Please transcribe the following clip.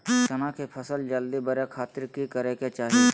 चना की फसल जल्दी बड़े खातिर की करे के चाही?